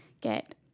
get